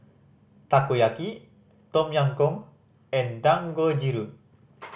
Takoyaki Tom Yam Goong and Dangojiru